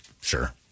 Sure